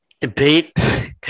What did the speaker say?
Debate